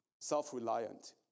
self-reliant